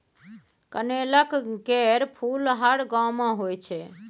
कनेलक केर फुल हर गांव मे होइ छै